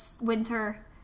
Winter